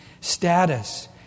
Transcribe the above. status